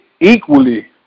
equally